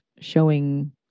showing